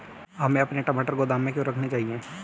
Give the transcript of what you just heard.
हमें अपने टमाटर गोदाम में क्यों रखने चाहिए?